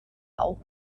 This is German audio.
auch